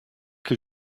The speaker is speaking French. que